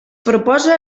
proposa